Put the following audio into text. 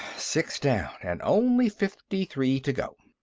six down and only fifty-three to go.